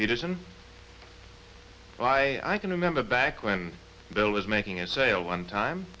peterson why i can remember back when bill was making a sale one time